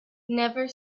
never